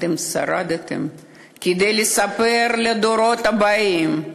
אתם שרדתם כדי לספר לדורות הבאים.